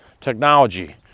technology